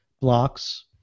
blocks